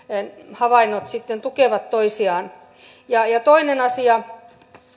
havainnot sitten tukevat toisiaan toinen asia